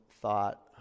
thought